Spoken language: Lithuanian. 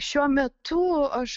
šiuo metu aš